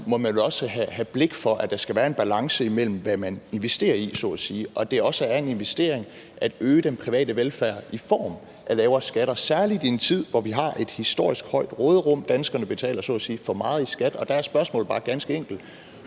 må man vel også have blik for, at der skal være en balance, i forhold til hvad man så at sige investerer i, og at det også er en investering at øge den private velfærd i form af lavere skatter, særlig i en tid, hvor vi har et historisk stort råderum; danskerne betaler så at sige for meget i skat. Der er spørgsmålet bare ganske enkelt: